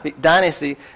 Dynasty